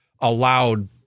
allowed